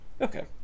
Okay